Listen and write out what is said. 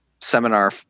seminar